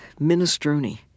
minestrone